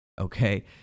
okay